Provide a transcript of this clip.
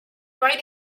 right